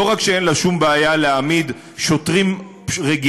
לא רק שאין לה שום בעיה להעמיד לדין שוטרים רגילים